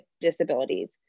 disabilities